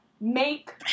make